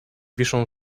wiszą